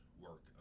work